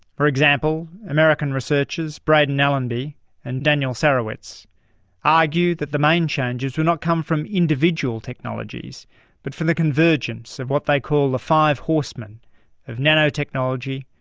for example, american researchers braden allenby and daniel sarewitz argue that the main changes will not come from individual technologies but from the convergence of what they call the five horsemen nanotechnology,